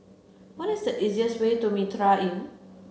what is the easiest way to Mitraa Inn